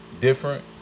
different